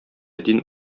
дин